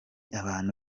abantu